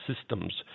systems